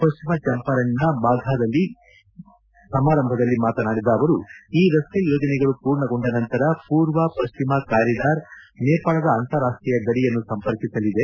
ಪಶ್ಚಿಮ ಚಂಪಾರಣ್ ನ ಬಾಘಾದಲ್ಲಿ ಸಮಾರಂಭದಲ್ಲಿ ಮಾತನಾಡಿದ ಅವರು ಈ ರಸ್ತೆ ಯೋಜನೆಗಳು ಪೂರ್ಣಗೊಂಡ ನಂತರ ಪೂರ್ವ ಪಶ್ಚಿಮ ಕಾರಿಡಾರ್ ನೇಪಾಳದ ಅಂತಾರಾಷ್ಟೀಯ ಗಡಿಯನ್ನು ಸಂಪರ್ಕಿಸಲಿದೆ